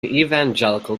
evangelical